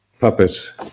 Puppets